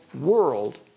world